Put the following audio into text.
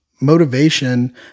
motivation